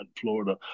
Florida